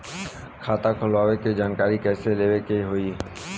खाता खोलवावे के जानकारी कैसे लेवे के होई?